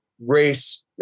race